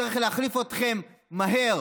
צריך להחליף אתכם מהר